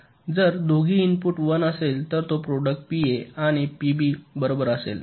जर दोघी इनपुट १ असेल तर तो प्रॉडक्ट पीए आणि पीबी बरोबर असेल